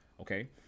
okay